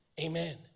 Amen